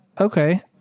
okay